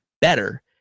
better